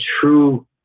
true